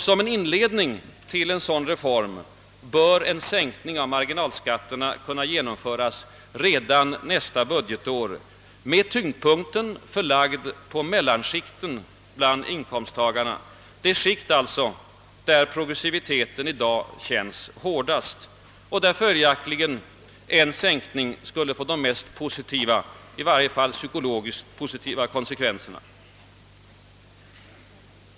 Som inledning till en dylik reform bör en sänkning av marginalskatten kunna genomföras redan nästa år med tyngdpunkten förlagd till mellanskikten, de skikt alltså där progressiviteten i dag känns hårdast och där följaktligen en sänkning skulle få de mest positiva — i varje fall psykologiskt mest positiva — konsekvenserna.